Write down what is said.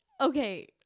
Okay